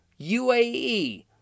UAE